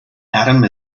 adam